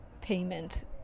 payment